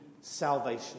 salvation